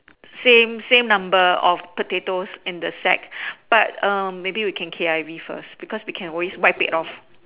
same same number of potatoes in the sack but um maybe we can K_I_V first because we can always wipe it off